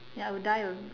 ya I would die only